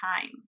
time